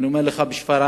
אני אומר לך שבשפרעם,